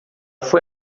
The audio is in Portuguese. foi